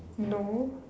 no